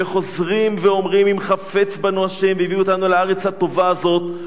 וחוזרים ואומרים: "אם חפץ בנו ה' והביא אתנו אל הארץ הטובה הזאת,